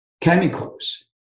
chemicals